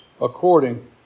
according